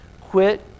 quit